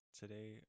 Today